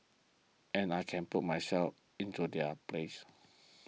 and I can put myself into their place